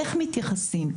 איך מתייחסים,